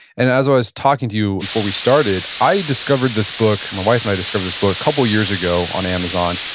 and as i was talking to you before we started, i discovered this book, my wife and i discovered this book couple of years ago on amazon.